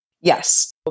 yes